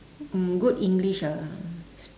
um good English ah